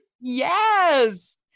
Yes